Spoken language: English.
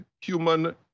human